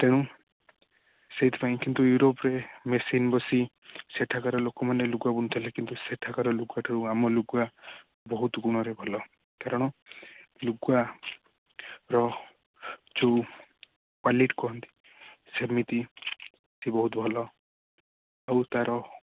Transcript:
ତେଣୁ ସେଇଥିପାଇଁ କିନ୍ତୁ ଇୟୁରୋପରେ ମେସିନ୍ ବସି ସେଠାକାର ଲୋକମାନେ ଲୁଗା ବୁଣୁଥିଲେ କିନ୍ତୁ ସେଠାକାର ଲୁଗାଠାରୁ ଆମ ଲୁଗା ବହୁତ ଗୁଣରେ ଭଲ କାରଣ ଲୁଗାର ଯେଉଁ କ୍ୟାଲିଟି କୁହନ୍ତି ସେମିତି ଏଠି ବହୁତ ଭଲ ଆଉ ତା'ର